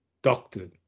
Doctor